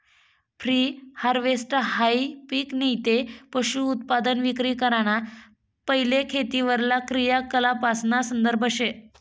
pre हारवेस्टहाई पिक नैते पशुधनउत्पादन विक्री कराना पैले खेतीवरला क्रियाकलापासना संदर्भ शे